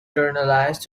generalized